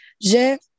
j'ai